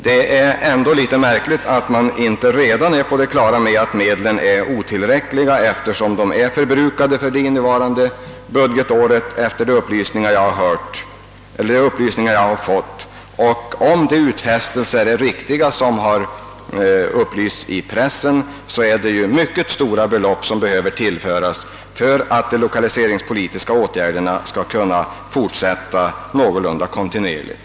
Det är ändå litet märkligt att man inom regeringen inte redan är på det klara med att medlen är otillräckliga, eftersom de är förbrukade för det innevarande budgetåret enligt de upplysningar jag har fått. Om de uppgifter som stått att läsa i pressen är riktiga, så är det mycket stora belopp som behöver tillföras för att lokaliseringspolitiken skall kunna fullföljas någorlunda kontinuerligt.